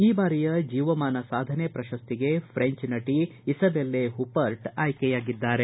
ಈ ಬಾರಿಯ ಜೀವಮಾನ ಸಾಧನೆ ಪ್ರಶಸ್ತಿಗೆ ಫ್ರೆಂಚ್ ನಟಿ ಇಸಬೆಲ್ಲ ಹುಪರ್ಟ್ ಆಯ್ಕೆಯಾಗಿದ್ದಾರೆ